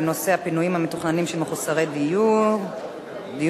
בנושא: הפינויים המתוכננים של מחוסרי דיור דיון